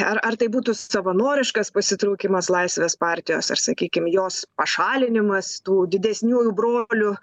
ar ar tai būtų savanoriškas pasitraukimas laisvės partijos ar sakykim jos pašalinimas tų didesniųjų brolių